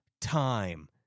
time